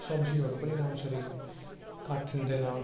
सब्जीहरू पनि राम्ररी काटिँदैन